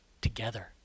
together